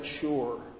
sure